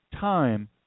time